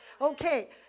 Okay